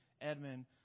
Edmund